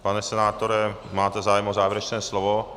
Pane senátore, máte zájem o závěrečné slovo?